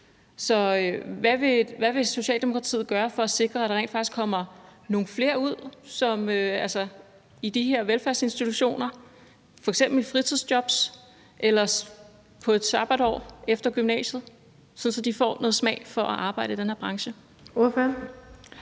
hvad vil Socialdemokratiet gøre for at sikre, at der rent faktisk kommer nogle flere ud i de her velfærdsinstitutioner, f.eks. i fritidsjobs eller under et sabbatår efter gymnasiet, sådan at de får smag for at arbejde i den her branche?